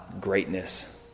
greatness